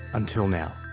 until now.